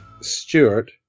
Stewart